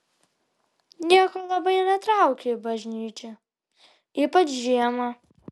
nieko labai netraukia į bažnyčią ypač žiemą